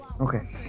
Okay